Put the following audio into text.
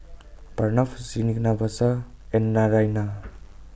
Pranav Srinivasa and Naraina